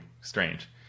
strange